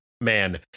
Man